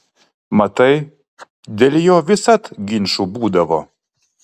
matai dėl jo visad ginčų būdavo